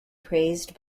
praised